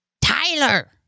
Tyler